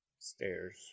Stairs